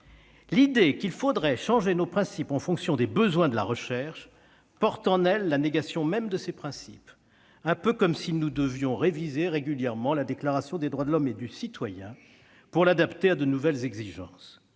L'idée qu'il faudrait changer nos principes en fonction des besoins de la recherche porte en elle la négation même de ces principes, un peu comme si nous devions réviser régulièrement la Déclaration des droits de l'homme et du citoyen pour l'adapter à de nouvelles exigences.